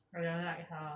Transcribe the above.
I don't like her